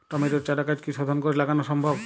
টমেটোর চারাগাছ কি শোধন করে লাগানো সম্ভব?